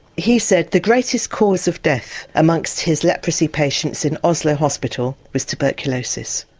he said the greatest cause of death amongst his leprosy patients in oslo hospital was tuberculosis,